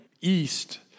east